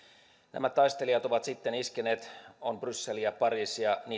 nämä taistelijat ovat sitten iskeneet on brysseliä pariisia